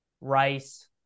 Rice